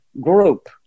group